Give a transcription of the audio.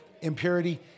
Impurity